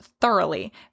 thoroughly